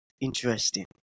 interesting